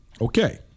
okay